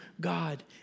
God